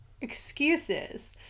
excuses